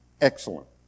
excellent